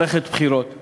מזלנו שיש מערכת בחירות,